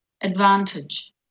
advantage